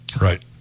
Right